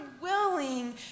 willing